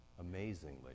amazingly